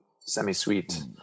semi-sweet